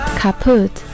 kaput